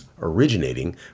originating